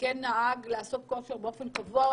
שכן נהגו לעשות כושר באופן קבוע,